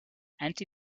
anti